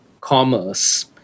commerce